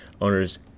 owners